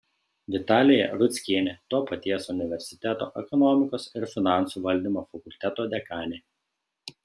vitalija rudzkienė to paties universiteto ekonomikos ir finansų valdymo fakulteto dekanė